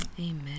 Amen